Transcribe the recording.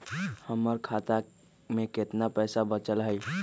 हमर खाता में केतना पैसा बचल हई?